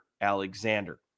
Alexander